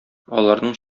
аларның